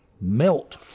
Melt